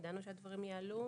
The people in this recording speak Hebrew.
ידענו שהדברים יעלו.